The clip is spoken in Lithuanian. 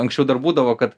anksčiau dar būdavo kad